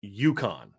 UConn